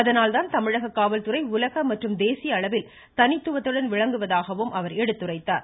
அதனால்தான் தமிழக காவல்துறை உலக மற்றும் தேசிய அளவில் தனித்துவத்துடன் விளங்குவதாகவும் அவர் எடுத்துரைத்தார்